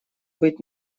быть